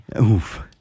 Oof